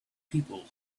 people